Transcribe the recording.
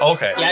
Okay